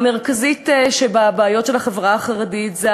המרכזית שבבעיות של החברה החרדית היא